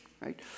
right